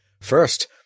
First